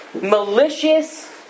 malicious